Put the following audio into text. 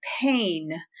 pain